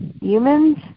humans